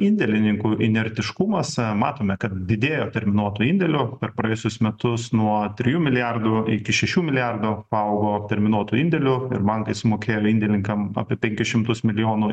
indėlininkų inertiškumas matome kad didėjo terminuotų indėlių per praėjusius metus nuo trijų milijardų iki šešių milijardų paaugo terminuotų indėlių ir bankai sumokėjo indėlininkam apie penkis šimtus milijonų